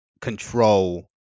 control